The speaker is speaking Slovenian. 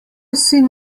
sin